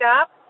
up